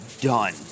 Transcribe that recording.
done